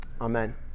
Amen